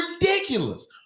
ridiculous